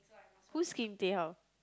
who's Kim Tae Hyung